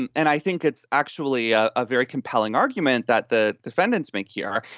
and and i think it's actually a ah very compelling argument that the defendants make here,